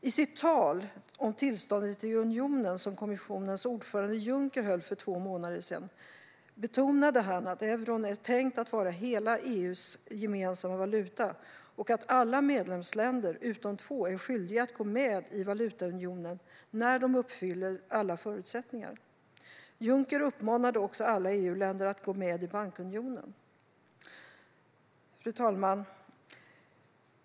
Kommissionens ordförande, Juncker, betonade i sitt tal om tillståndet i unionen, som han höll för två månader sedan, att euron är tänkt att vara hela EU:s gemensamma valuta och att alla medlemsländer utom två är skyldiga att gå med i valutaunionen när de uppfyller alla förutsättningar. Juncker uppmanade också alla EU-länder att gå med i bankunionen. Fru talman!